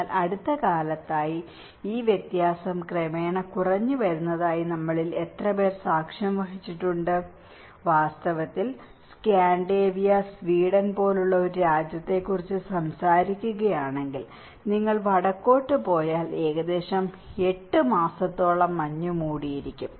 എന്നാൽ അടുത്ത കാലത്തായി ഈ വ്യത്യാസം ക്രമേണ കുറഞ്ഞുവരുന്നതായി നമ്മളിൽ എത്രപേർ സാക്ഷ്യം വഹിച്ചിട്ടുണ്ട് വാസ്തവത്തിൽ സ്കാൻഡിനേവിയ സ്വീഡൻ പോലുള്ള ഒരു രാജ്യത്തെക്കുറിച്ച് സംസാരിക്കുകയാണെങ്കിൽ നിങ്ങൾ വടക്കോട്ട് പോയാൽ ഏകദേശം 8 മാസത്തോളം മഞ്ഞ് മൂടിയിരിക്കും